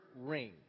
ring